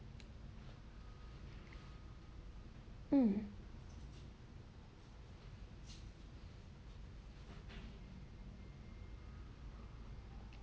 hmm